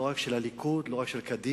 לא רק של הליכוד, לא רק של קדימה,